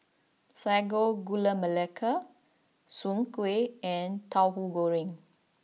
Sago Gula Melaka Soon Kway and Tauhu Goreng